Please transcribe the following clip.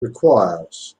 requires